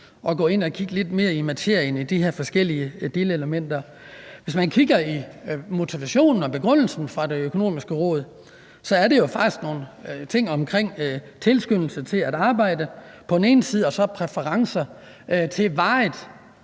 så gå ind og kigge lidt mere i materien inden for de her forskellige delelementer. Hvis man kigger på motivationen og begrundelsen fra Det Økonomiske Råd, er der jo faktisk på den ene side nogle ting omkring en tilskyndelse til at arbejde, og så er der nogle præferencer i forhold